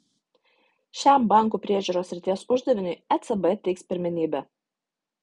šiam bankų priežiūros srities uždaviniui ecb teiks pirmenybę